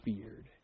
feared